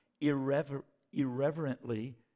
irreverently